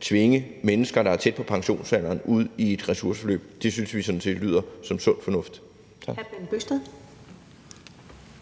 tvinge mennesker, der er tæt på pensionsalderen, ud i et ressourceforløb, og det synes vi sådan set lyder som sund fornuft.